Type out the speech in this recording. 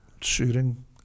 Shooting